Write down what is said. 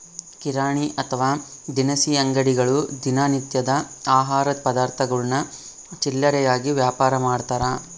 ಕಿರಾಣಿ ಅಥವಾ ದಿನಸಿ ಅಂಗಡಿಗಳು ದಿನ ನಿತ್ಯದ ಆಹಾರ ಪದಾರ್ಥಗುಳ್ನ ಚಿಲ್ಲರೆಯಾಗಿ ವ್ಯಾಪಾರಮಾಡ್ತಾರ